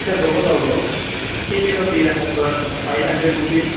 अच्छा दोनों लोग हो ठीक है तो फिर आप फ़ाइव हंड्रेड रुपीज़